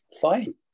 fine